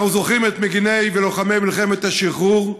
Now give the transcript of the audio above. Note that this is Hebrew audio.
ואנחנו זוכרים את מגיני ולוחמי מלחמת השחרור,